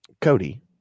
Cody